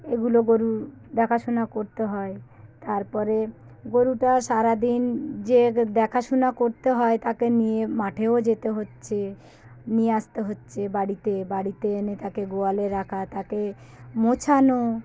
এগুলো গরু দেখাশোনা করতে হয় তারপরে গরুটা সারা দিন যে দেখাশোনা করতে হয় তাকে নিয়ে মাঠেও যেতে হচ্ছে নিয়ে আসতে হচ্ছে বাড়িতে বাড়িতে এনে তাকে গোয়ালে রাখা তাকে মোছানো